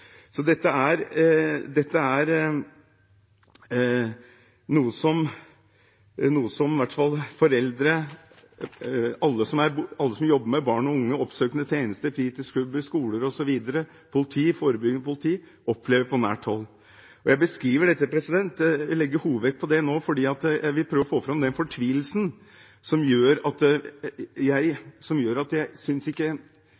Dette er noe som foreldre og alle som jobber med barn og unge, og oppsøkende tjeneste – fritidsklubber, skoler, forebyggende politi osv. – opplever på nært hold. Jeg beskriver dette og legger hovedvekt på det nå, fordi jeg vil prøve å få fram fortvilelsen – jeg blir fortvilet når jeg ikke